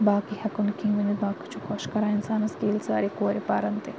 باقٕے ہیٚکو نہٕ کِہیٖنۍ ؤنِتھ باقٕے چھُ خۄش کَران اِنسانَس کہِ ییٚلہِ سانہِ کورِ پَرَن تہِ